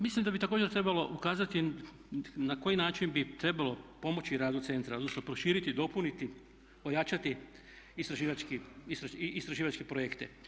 Mislim da bi također trebalo ukazati na koji način bi trebalo pomoći radu centra, odnosno proširiti, dopuniti, ojačati istraživačke projekte.